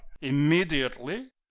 immediately